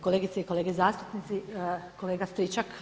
Kolegice i kolege zastupnici, kolega Stričak.